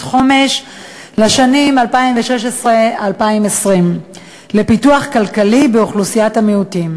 חומש לשנים 2016 2020 לפיתוח כלכלי באוכלוסיית המיעוטים,